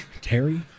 Terry